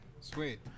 Sweet